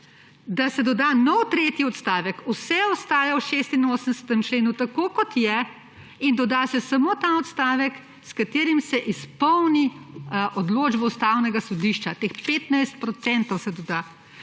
da se doda nov tretji odstavek, vse ostaja v 86. členu tako, kot je, in doda se samo ta odstavek, s katerim se izpolni odločba Ustavnega sodišča, teh 15 % se doda.